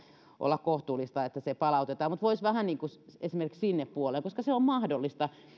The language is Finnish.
olla kohtuullista että se palautetaan mutta voisi vähän niin kuin esimerkiksi sinne puoleen koska se on mahdollista